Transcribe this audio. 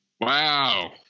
Wow